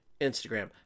Instagram